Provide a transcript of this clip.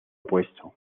puesto